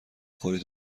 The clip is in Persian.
خوری